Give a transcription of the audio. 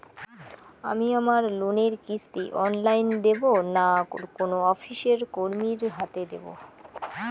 আমি আমার লোনের কিস্তি অনলাইন দেবো না কোনো অফিসের কর্মীর হাতে দেবো?